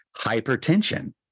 hypertension